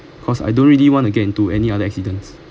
cause I don't really want to get into any other accidents